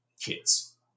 kids